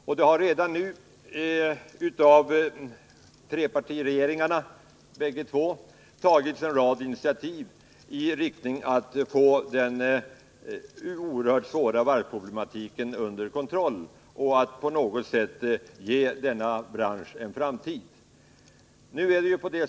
Redan har av de båda trepartiregeringarna tagits en rad initiativ i syfte att få den oerhört svåra varvsproblematiken under kontroll och på något sätt ge denna bransch en framtid.